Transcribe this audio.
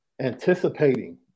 anticipating